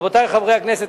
רבותי חברי הכנסת,